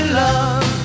love